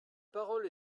parole